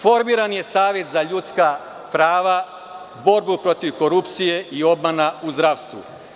Formiran je Savez za ljudska prava, borbu protiv korupcije i obmana u zdravstvu.